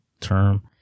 term